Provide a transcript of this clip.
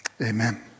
Amen